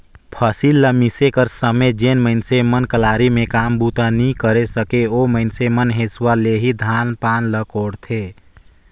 फसिल ल मिसे कर समे जेन मइनसे मन कलारी मे काम बूता नी करे सके, ओ मइनसे मन हेसुवा ले ही धान पान ल कोड़थे